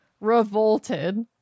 revolted